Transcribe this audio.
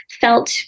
felt